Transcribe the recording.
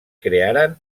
crearen